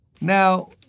Now